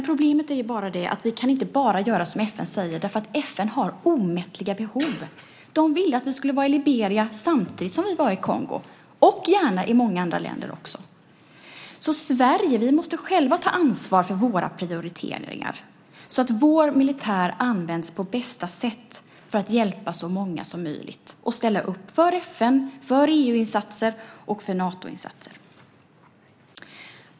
Problemet är att vi inte bara kan göra som FN säger, därför att FN har omättliga behov. De ville att vi skulle vara i Liberia samtidigt som vi var i Kongo och gärna i många andra länder också. Vi i Sverige måste själva ta ansvar för våra prioriteringar så att vår militär används på bästa sätt för att hjälpa så många som möjligt och ställa upp för FN, för EU-insatser och för Natoinsatser.